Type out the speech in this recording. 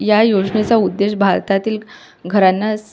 या योजनेचा उद्देश भारतातील घरांनाच